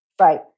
right